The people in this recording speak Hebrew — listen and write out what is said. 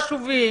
חשובים,